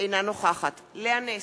אינה נוכחת לאה נס,